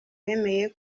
wemeye